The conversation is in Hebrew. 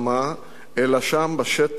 אלא שם בשטח, לפנים.